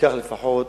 ובכך לפחות